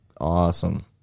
awesome